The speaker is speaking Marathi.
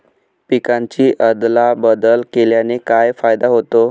पिकांची अदला बदल केल्याने काय फायदा होतो?